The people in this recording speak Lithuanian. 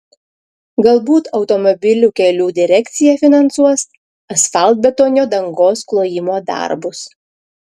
galbūt automobilių kelių direkcija finansuos asfaltbetonio dangos klojimo darbus